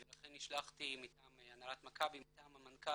ולכן נשלחתי מטעם הנהלת מכבי מטעם המנכ"ל